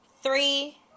three